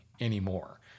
anymore